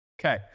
Okay